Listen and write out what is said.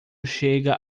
chega